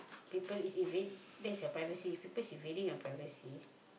people is invade that's your privacy people is invading your privacy